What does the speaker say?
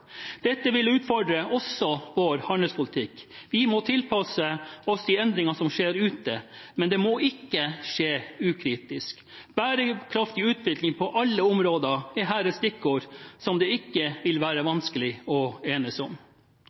Dette vil utfordre også vår handelspolitikk. Vi må tilpasse oss de endringene som skjer ute, men det må ikke skje ukritisk. Bærekraftig utvikling på alle områder er her et stikkord som det ikke vil være vanskelig å enes om.